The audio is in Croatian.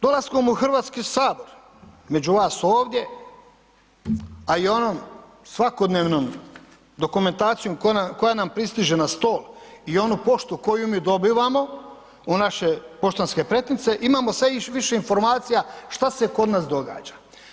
Dolaskom u Hrvatski sabor među vas ovdje a i onom svakodnevnom dokumentacijom koja nam pristiže na stol i onu poštu koju mi dobivamo u naše poštanske pretince imamo sve više informacija šta se kod nas događa.